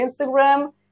Instagram